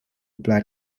black